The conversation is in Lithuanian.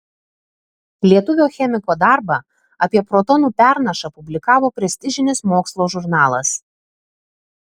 lietuvio chemiko darbą apie protonų pernašą publikavo prestižinis mokslo žurnalas